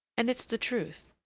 and it's the truth.